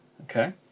Okay